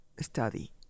study